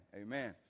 amen